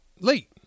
late